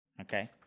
Okay